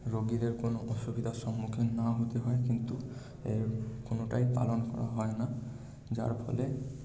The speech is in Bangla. রোগীদের কোনো অসুবিধার সম্মুখীন না হতে হয় কিন্তু এর কোনোটাই পালন করা হয় না যার ফলে